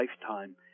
lifetime